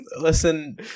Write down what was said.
Listen